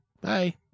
bye